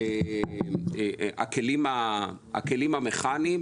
מבחינת הכלים המכניים.